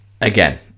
again